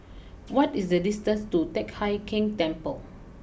what is the distance to Teck Hai Keng Temple